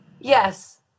yes